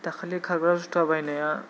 दाखालि खारग्रा जुथा बायनाया